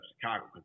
Chicago